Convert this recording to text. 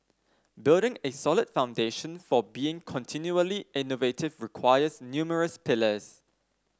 building a solid foundation for being continually innovative requires numerous pillars